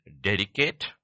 dedicate